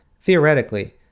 Theoretically